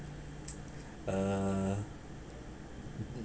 uh mmhmm